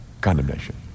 condemnation